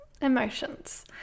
emotions